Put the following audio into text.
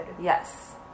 Yes